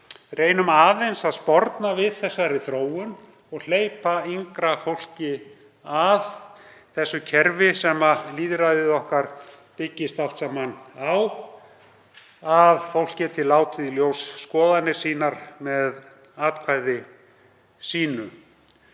reynum aðeins að sporna við þeirri þróun og hleypa yngra fólki að því kerfi sem lýðræðið okkar byggist allt saman á, að fólk geti látið í ljós skoðanir sínar með atkvæði sínu.